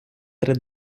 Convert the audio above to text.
три